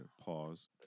pause